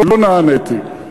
לא נעניתי.